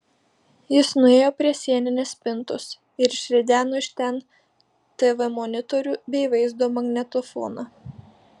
jis nuėjo prie sieninės spintos ir išrideno iš ten tv monitorių bei vaizdo magnetofoną